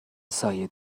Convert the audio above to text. سایه